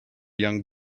young